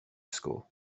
school